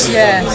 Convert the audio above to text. yes